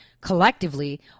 collectively